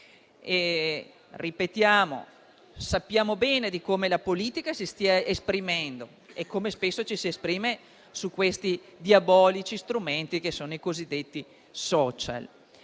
Lanzi. Sappiamo bene come la politica si stia esprimendo e come spesso ci si esprima su questi diabolici strumenti che sono i cosiddetti *social*.